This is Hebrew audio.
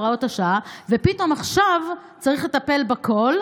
ופתאום עכשיו צריך לטפל בכול,